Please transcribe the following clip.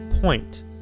point